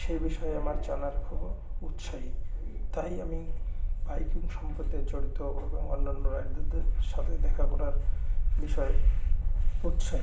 সে বিষয়ে আমার জানার খুব উৎসাহ তাই আমি বাইকিং সম্প্রদায়ে জড়িত হব এবং অন্যান্য রাইডারদের সাথে দেখা করার বিষয়ে উৎসাহী